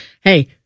hey